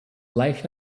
life